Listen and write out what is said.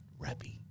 rappy